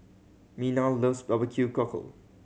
Mina loves barbecue cockle